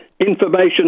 Information